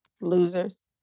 Losers